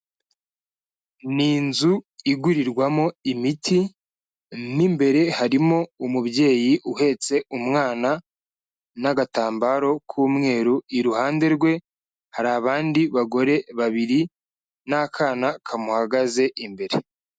Ni inzu igurirwamo imiti, mo imbere harimo umubyeyi uhetse umwana n'agatambaro k'umweru, iruhande rwe hari abandi bagore babiri n'akana kamuhagaze imbere.